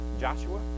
Joshua